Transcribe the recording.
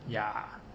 yeah